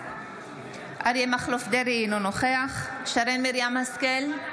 אריה מכלוף דרעי, אינו נוכח שרן מרים השכל,